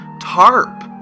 tarp